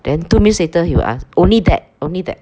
then two minutes he will ask only that only that